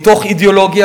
מתוך אידיאולוגיה,